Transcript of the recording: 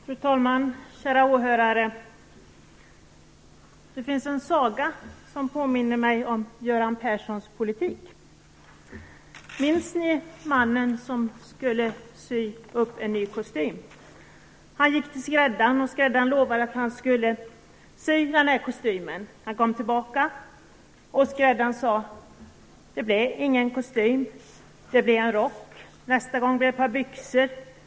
Fru talman! Kära åhörare! Det finns en saga som påminner mig om Göran Perssons politik. Minns ni mannen som skulle låta sy upp en ny kostym? Han gick till skräddaren som lovade att göra det. När han kom tillbaka sade skräddaren: Det blev ingen kostym, det blev en rock. Nästa gång hade det blivit ett par byxor.